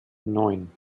neun